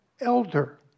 elder